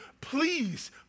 please